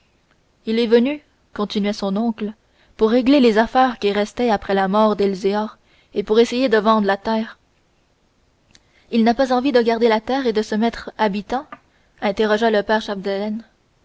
il est venu continuait son oncle pour régler les affaires qui restaient après la mort d'elzéar et pour essayer de vendre la terre il n'a pas envie de garder la terre et de se mettre habitant interrogea le père